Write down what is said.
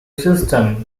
system